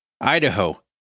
Idaho